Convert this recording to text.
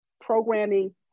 programming